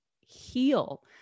heal